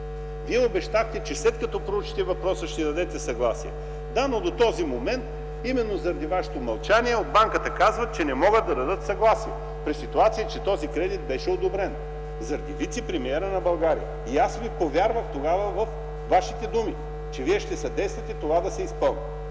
Вие обещахте, че след като прочете въпроса ще дадете съгласие. Да, но до този момент, именно заради Вашето мълчание от банката казват, че не могат да дадат съгласие, при ситуация, че този кредит беше одобрен – заради вицепремиера на България. И аз тогава повярвах във Вашите думи, че Вие ще съдействате това да се изпълни,